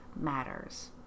matters